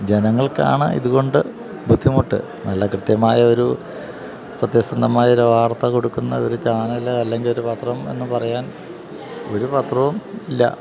ജനങ്ങൾക്കാണ് ഇതുകൊണ്ട് ബുദ്ധിമുട്ട് നല്ല കൃത്യമായ ഒരു സത്യസന്ധമായൊരു വാർത്ത കൊടുക്കുന്ന ഒരു ചാനല് അല്ലെങ്കിൽ ഒരു പത്രം എന്നുപറയാൻ ഒരു പത്രവുമില്ല